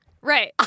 Right